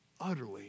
utterly